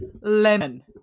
lemon